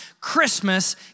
Christmas